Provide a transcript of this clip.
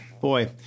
boy